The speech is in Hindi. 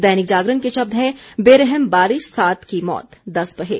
दैनिक जागरण के शब्द हैं बेरहम बारिश सात की मौत दस बहे